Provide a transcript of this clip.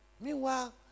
Meanwhile